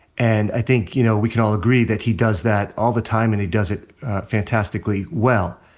and i think, you know, we can all agree that he does that all the time, and he does it fantastically well.